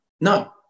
No